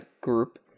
group